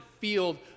field